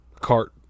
cart